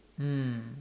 mm